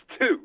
two